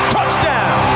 Touchdown